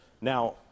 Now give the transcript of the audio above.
Now